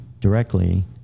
directly